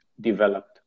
developed